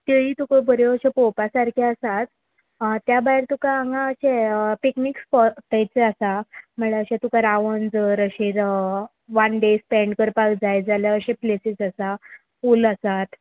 तेयी तुका बऱ्यो अश्यो पळोवपा सारक्यो आसात त्या भायर तुका हांगा अशें पिकनीक स्पो तेचे आसा म्हळ्यार अशें तुका रावन जर अशें वन डे स्पेंड करपाक जाय जाल्यार अशे प्लेसीस आसा पूल आसात